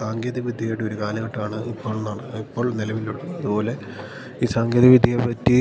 സാങ്കേതികവിദ്യയുടെ ഒരു കാലഘട്ടമാണ് ഇപ്പോൾ ഇപ്പോൾ നിലവിലുള്ളത് അതുപോലെ ഈ സാങ്കേതികവിദ്യയെപ്പറ്റി